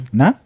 na